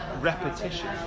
repetition